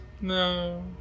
No